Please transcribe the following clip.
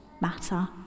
matter